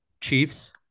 Chiefs